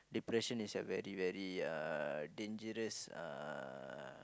depression is a very very uh dangerous uh